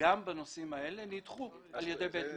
גם בנושאים האלה, נדחו על ידי בית משפט.